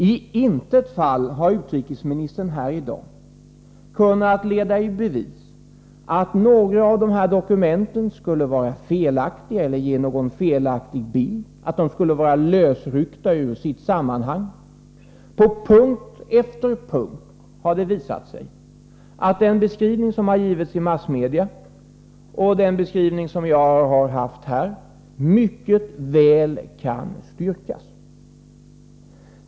I intet fall har utrikesministern här i dag kunnat leda i bevis att några av dessa dokument skulle vara felaktiga eller ge någon felaktig bild eller att de skulle vara lösryckta ur sitt sammanhang. På punkt efter punkt har det visat sig att den beskrivning som givits i massmedia och den beskrivning som vi gjort här mycket väl kan styrkas.